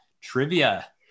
trivia